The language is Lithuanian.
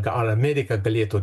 gal amerika galėtų